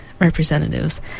representatives